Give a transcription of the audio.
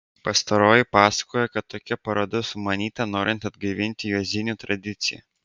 pastaroji papasakojo kad tokia paroda sumanyta norint atgaivinti juozinių tradiciją